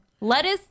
Lettuce